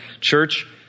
Church